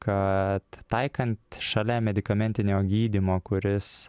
kad taikant šalia medikamentinio gydymo kuris